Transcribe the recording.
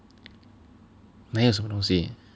没有什么东西